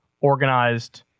organized